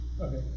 Okay